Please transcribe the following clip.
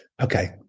Okay